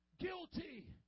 Guilty